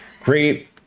great